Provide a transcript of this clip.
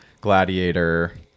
Gladiator